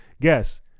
Guess